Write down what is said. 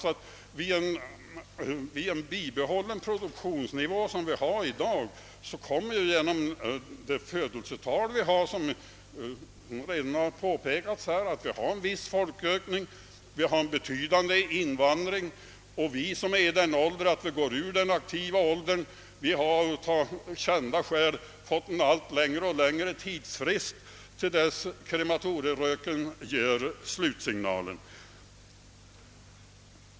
Vid ett bibehållande av dagens produktionsnivå kommer — som redan har påpekats — frågan om folkökningen in i bilden. Vi har också en betydande invandring. Vi som håller på att lämna den aktiva åldern har av kända skäl fått en allt längre tidsfrist till dess krematorieröken ger slutsignalen.